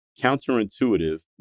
counterintuitive